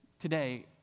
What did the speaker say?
today